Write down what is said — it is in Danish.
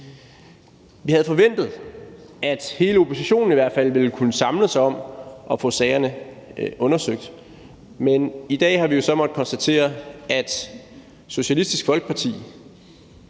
Vi havde forventet, at hele oppositionen i hvert fald ville kunne samles om at få sagerne undersøgt, men i dag har vi så måttet konstatere, at Socialistisk Folkeparti